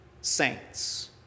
saints